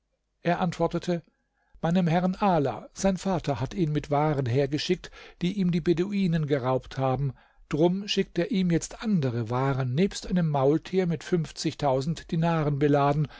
er antwortete meinem herrn ala sein vater hat ihn mit waren hergeschickt die ihm die beduinen geraubt haben drum schickt er ihm jetzt andere waren nebst einem maultier mit fünfzigtausend dinaren beladen